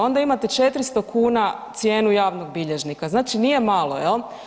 Onda imate 400 kn cijenu javnog bilježnika, znači nije malo, jel.